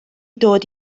dod